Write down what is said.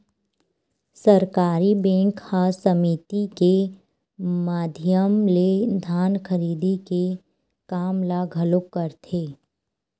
सहकारी बेंक ह समिति के माधियम ले धान खरीदे के काम ल घलोक करथे